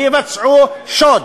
ויבצעו שוד,